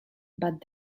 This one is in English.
but